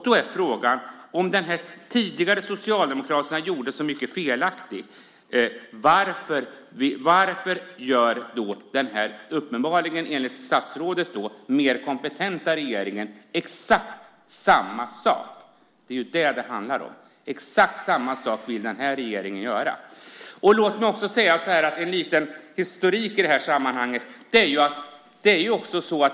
Då blir frågan: Om den tidigare socialdemokratiska regeringen gjorde så mycket felaktigt, varför gör då den här uppenbarligen - enligt statsrådet - mer kompetenta regeringen exakt samma sak? Det är vad det handlar om, för exakt samma sak vill den här regeringen göra. Låt mig också ge en liten historik i sammanhanget.